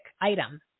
item